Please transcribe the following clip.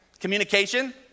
Communication